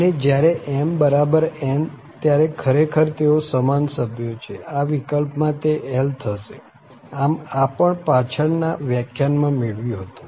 અને જયારે mn ત્યારે ખરેખર તેઓ સમાન સભ્યો છે આ વિકલ્પમાં તે l થશે આમ આ પણ પાછળ ના વ્યાખ્યાનમાં મેળવ્યું હતું